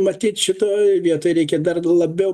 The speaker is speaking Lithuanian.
matyt šitoj vietoj reikia dar labiau